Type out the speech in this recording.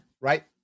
right